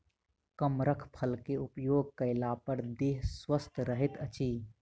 कमरख फल के उपभोग कएला पर देह स्वस्थ रहैत अछि